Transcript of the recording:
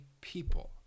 people